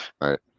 right